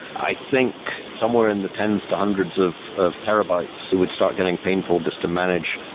i think somewhere in the tens to hundreds of of terabytes it would start getting painful just to manage